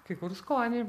kai kur skonį